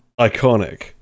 iconic